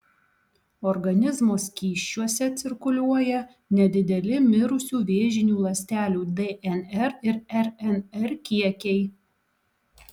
organizmo skysčiuose cirkuliuoja nedideli mirusių vėžinių ląstelių dnr ir rnr kiekiai